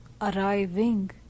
arriving